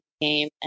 game